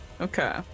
Okay